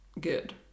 good